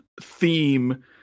theme